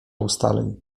ustaleń